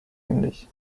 english